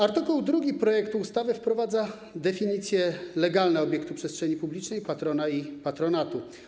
Art. 2 projektu ustawy wprowadza definicje legalne obiektu przestrzeni publicznej, patrona i patronatu.